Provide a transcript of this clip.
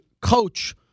coach